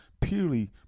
purely